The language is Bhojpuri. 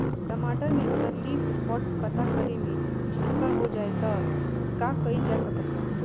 टमाटर में अगर लीफ स्पॉट पता में झोंका हो जाएँ त का कइल जा सकत बा?